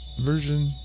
version